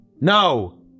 no